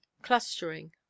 clustering